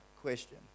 question